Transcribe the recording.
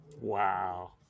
Wow